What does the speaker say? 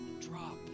drop